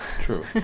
true